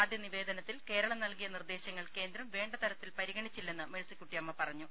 ആദ്യ നിവേദനത്തിൽ കേരളം നൽകിയ നിർദ്ദേശങ്ങൾ കേന്ദ്രം വേണ്ട തരത്തിൽ പരിഗണിച്ചില്ലെന്ന് മേഴ്സിക്കുട്ടിയമ്മ പറഞ്ഞു